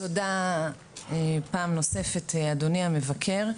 תודה פעם נוספת אדוני המבקר.